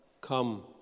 come